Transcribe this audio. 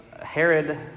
Herod